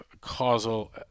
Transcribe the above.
causal